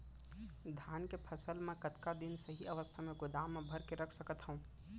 धान के फसल ला मै कतका दिन तक सही अवस्था में गोदाम मा भर के रख सकत हव?